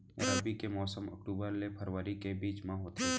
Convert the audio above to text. रबी के मौसम अक्टूबर ले फरवरी के बीच मा होथे